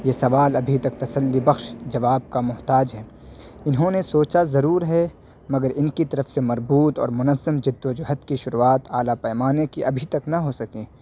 یہ سوال ابھی تک تسلی بخش جواب کا محتاج ہے انہوں نے سوچا ضرور ہے مگر ان کی طرف سے مربوط اور منظم جد و جہد کی شروعات اعلیٰ پیمانے کی ابھی تک نہ ہو سکیں